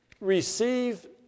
receive